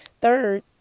Third